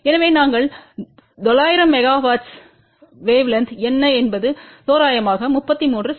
எனவே நாங்கள் 900 மெகா ஹெர்ட்ஸில் வேவ்லென்த் என்ன என்பது தோராயமாக 33 செ